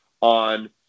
on